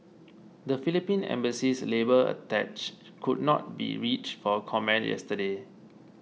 the Philippine Embassy's labour attach could not be reached for comment yesterday